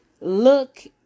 Look